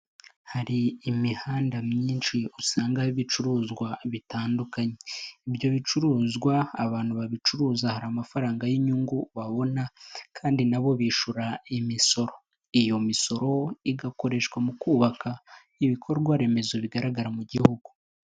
Hari imihanda myinshi usangaho ibicuruzwa bitandukanye. Ibyo bicuruzwa abantu babicuruza hari amafaranga y'inyungu babona kandi nabo bishyura imisoro. Iyo misoro igakoreshwa mu kubaka ibikorwa remezo bigaragara mu gihugu.